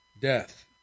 death